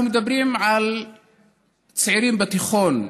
אנחנו מדברים על צעירים בתיכון,